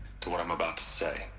to what i'm about to say